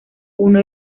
uno